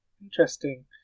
interesting